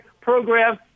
program